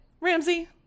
ramsey